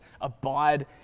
Abide